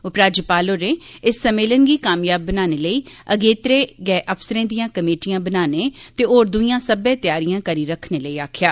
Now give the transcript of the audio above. उपराज्यपाल होरें इस सम्मेलन गी कामयाब बनाने लेई अगेत्रे गै अफसरें दिआं कमेटियां बनाने ते होर द्ईयां सब्बै तैयारियां करी रक्खने लेई आखेआ